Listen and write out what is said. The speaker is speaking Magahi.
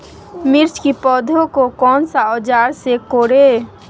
मिर्च की पौधे को कौन सा औजार से कोरे?